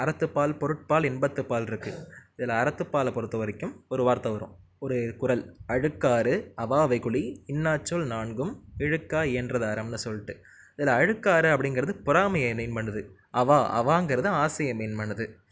அறத்துப்பால் பொருட்பால் இன்பத்துப்பால் இருக்குது இதில் அறத்து பாலை பொறுத்த வரைக்கும் ஒரு வார்த்தை வரும் ஒரு குறள் அழுக்காறு அவா வெகுளி இன்னார்ச்சொல் நான்கும் இழுக்கா இயன்ற தாரம்ன்னு சொல்லிட்டு இதில் அழுக்காரு அப்படிங்குறது பொறாமையை மீன் பண்ணுது அவா அவாங்கிறது ஆசையை மீன் பண்ணுது